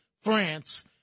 France